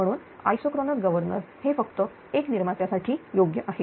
म्हणून isochronous governor हे फक्त एक निर्मात्या साठी योग्य आहे